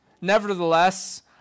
Nevertheless